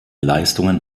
leistungen